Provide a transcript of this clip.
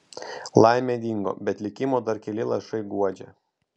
laimė dingo bet likimo dar keli lašai guodžia